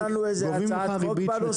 אין לנו איזו הצעת חוק בנושא?